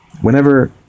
Whenever